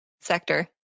sector